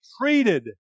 treated